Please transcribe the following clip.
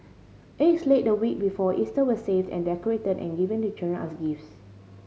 eggs laid the week before Easter were saved and decorated and given to children as gifts